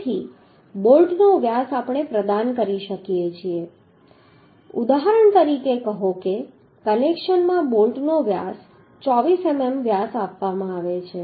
તેથી બોલ્ટનો વ્યાસ આપણે પ્રદાન કરી શકીએ છીએ ઉદાહરણ તરીકે કહો કે કનેક્શનમાં બોલ્ટનો 24 મીમી વ્યાસ આપવામાં આવે છે